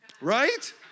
Right